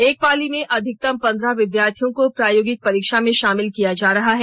एक पाली में अधिकतम पंद्रह विद्यार्थियों को प्रायोगिक परीक्षा में शामिल किया जा रहा है